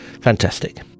Fantastic